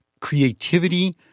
creativity